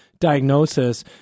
diagnosis